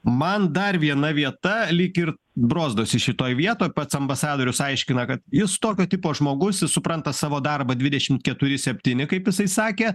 man dar viena vieta lyg ir brozdosi šitoj vietoj pats ambasadorius aiškina kad jis tokio tipo žmogus jis supranta savo darbą dvidešimt keturi septyni kaip jisai sakė